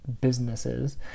businesses